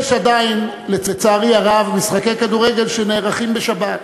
שיש עדיין לצערי הרב משחקי כדורגל שנערכים בשבת.